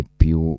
più